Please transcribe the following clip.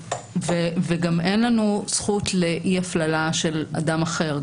גם אין לנו זכות לאי הפללה של אדם אחר.